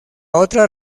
otra